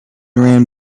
ran